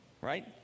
Right